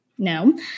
No